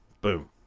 Boom